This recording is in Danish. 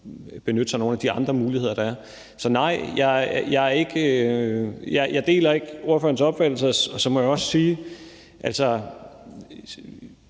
benytte sig af nogle af de andre muligheder, der er. Så nej, jeg deler ikke ordførerens opfattelse. Så må jeg også sige, at